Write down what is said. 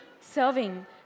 serving